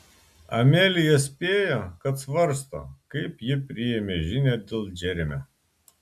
amelija spėjo kad svarsto kaip ji priėmė žinią dėl džeremio